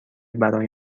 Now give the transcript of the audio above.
برای